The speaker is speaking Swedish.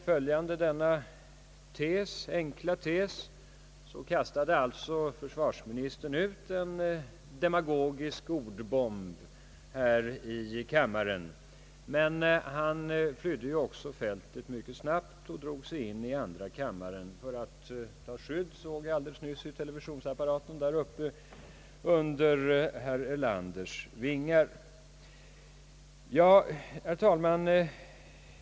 Följande denna enkla tes kastade alltså försvarsministern ut en demagogisk ordbomb här i kammaren, men han flydde sedan fältet mycket snabbt och drog sig in i andra kammaren för att ta skydd under herr Erlanders vingar.